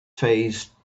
phase